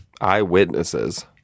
Eyewitnesses